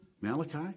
Malachi